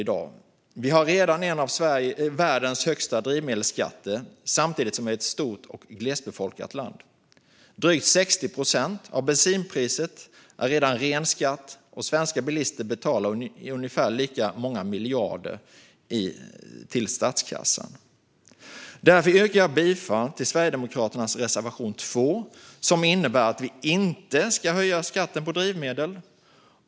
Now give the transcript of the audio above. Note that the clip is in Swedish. Sverige har redan en av världens högsta drivmedelsskatter samtidigt som det är ett stort och glesbefolkat land. Drygt 60 procent av bensinpriset är redan ren skatt, och svenska bilister betalar ungefär lika många miljarder till statskassan. Därför yrkar jag bifall till Sverigedemokraternas reservation 2, som innebär att vi att inte ska höja skatten på drivmedel.